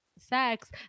Sex